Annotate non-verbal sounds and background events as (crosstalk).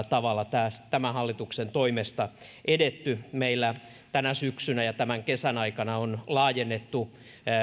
(unintelligible) tavalla tämän hallituksen toimesta edetty meillä tänä syksynä ja tämän kesän aikana on laajennettu